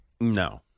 No